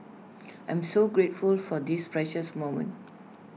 I am so grateful for this precious moment